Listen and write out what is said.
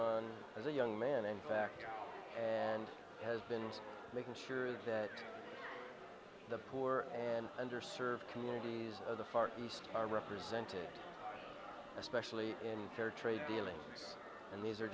on as a young man in fact and has been making sure that the poor and under served communities of the far east are represented especially in fair trade dealings and these are